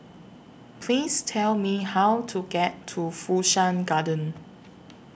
Please Tell Me How to get to Fu Shan Garden